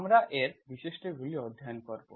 আমরা এর বৈশিষ্ট্যগুলি অধ্যয়ন করব